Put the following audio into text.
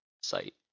site